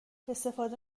استفاده